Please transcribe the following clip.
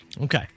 Okay